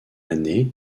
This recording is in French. année